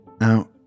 Now